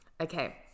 Okay